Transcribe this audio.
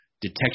detection